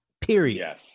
period